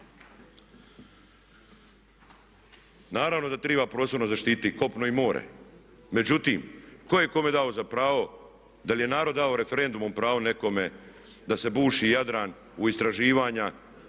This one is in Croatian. Naravno da treba prostorno zaštititi i kopno i more. Međutim, tko je kome dao za pravo? Da li je narod dao referendumom pravo nekome da se buši Jadran u istraživanja,